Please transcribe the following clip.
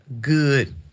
good